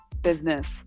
business